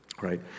right